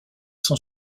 son